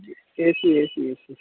a C A C A C